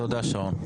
תודה, שרון.